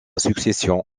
succession